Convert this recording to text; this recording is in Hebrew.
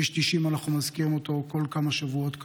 את כביש 90 אנחנו מזכירים כל כמה שבועות כאן,